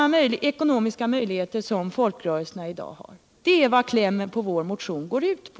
Det är vad klämmen i vår motion går ut på.